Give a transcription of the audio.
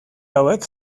hauek